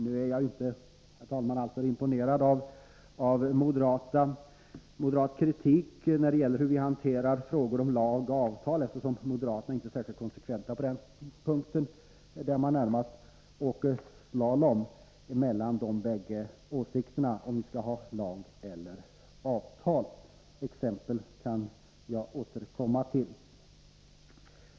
Nu är jag, herr talman, inte alltför imponerad av moderat kritik av hur vi hanterar frågor om lag resp. avtal, eftersom moderaterna inte är särskilt konsekventa på den punkten. De åker närmast slalom mellan de båda åsikterna, dvs. huruvida vi skall ha lag eller avtal. Exempel kan jag Nr 31 återkomma till.